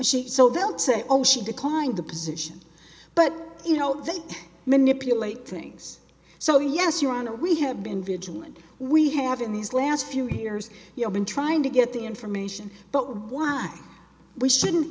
she so they'll say oh she declined the position but you know they manipulate things so yes your honor we have been vigilant we have in these last few years you know been trying to get the information but why we shouldn't